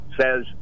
says